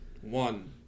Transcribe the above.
one